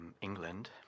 England